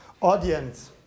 audience